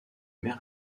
mère